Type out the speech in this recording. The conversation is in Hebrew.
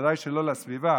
בוודאי שלא לסביבה,